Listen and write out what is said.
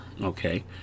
okay